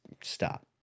stop